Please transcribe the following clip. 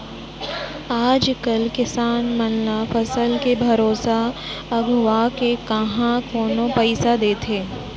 आज कल किसान मन ल फसल के भरोसा अघुवाके काँहा कोनो पइसा देथे